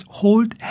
hold